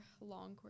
long